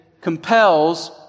compels